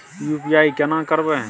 UPI केना करबे?